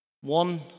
One